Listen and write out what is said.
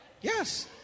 Yes